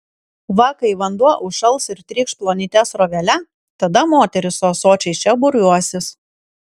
va kai vanduo užšals ir trykš plonyte srovele tada moterys su ąsočiais čia būriuosis